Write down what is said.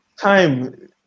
time